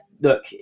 look